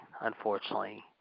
unfortunately